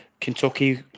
Kentucky